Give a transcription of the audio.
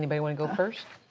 but wanna go first?